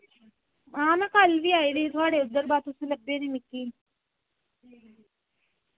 आं में कल्ल बी आई दी ही थुआढ़े इद्धर बा तुस निं लब्भे